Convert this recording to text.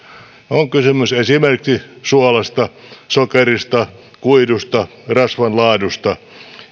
on kysymys esimerkiksi suolasta sokerista kuidusta rasvan laadusta